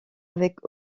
avec